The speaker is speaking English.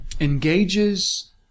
engages